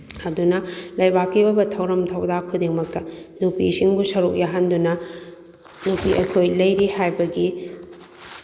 ꯑꯗꯨꯅ ꯂꯩꯕꯥꯛꯀꯤ ꯑꯣꯏꯕ ꯊꯧꯔꯝ ꯊꯧꯗꯥꯡ ꯈꯨꯗꯤꯡꯃꯛꯇ ꯅꯨꯄꯤꯁꯤꯡꯕꯨ ꯁꯔꯨꯛ ꯌꯥꯍꯟꯗꯨꯅ ꯅꯨꯄꯤ ꯑꯩꯈꯣꯏ ꯂꯩꯔꯤ ꯍꯥꯏꯕꯒꯤ